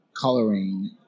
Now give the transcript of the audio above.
coloring